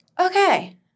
Okay